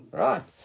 right